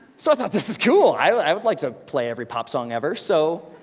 so i thought, this is cool! i would like to play every pop song ever. so,